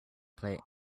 plate